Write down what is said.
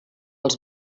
els